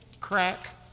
crack